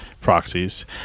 proxies